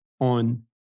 On